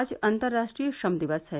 आज अंतर्राष्ट्रीय श्रम दिवस है